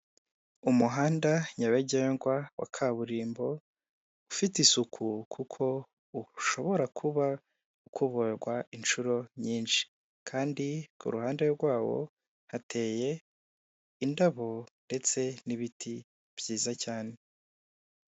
Umuhanda nyabagendwa wa kaburimbo ufite isuku kuko ushobora kuba ukuburwa inshuro nyinshi, kandi ku ruhande rwawo hateye indabo ndetse n'ibiti byiza cyane.